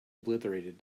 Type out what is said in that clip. obliterated